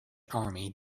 army